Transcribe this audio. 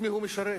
ואחראית,